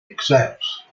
accepts